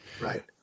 Right